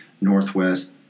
Northwest